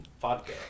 vodka